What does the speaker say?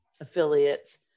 affiliates